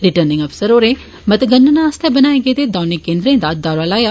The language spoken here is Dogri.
रिटर्निंग अफसर होरें मतगणना आस्तै बनाए गेदे दौने केन्द्रे दा दौरा लाया